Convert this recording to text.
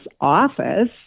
office